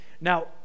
Now